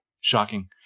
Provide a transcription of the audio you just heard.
Shocking